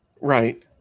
Right